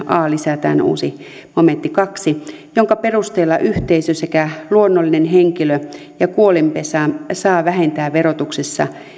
a pykälään lisätään uusi toinen momentti jonka perusteella yhteisö sekä luonnollinen henkilö ja kuolinpesä saa vähentää verotuksessa